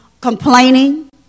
Complaining